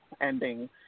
ending